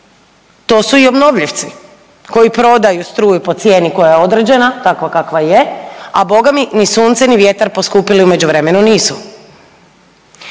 to su i obnovljivci koji prodaju struju po cijeni koja je određena takva kakva je, a Boga mi ni sunce ni vjetar poskupili u međuvremenu nisu.